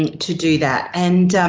to do that. and,